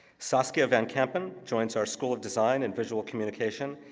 saskia van kampen joins our school of design and visual communication,